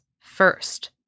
first